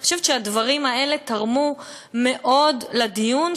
אני חושבת שהדברים האלה תרמו מאוד לדיון,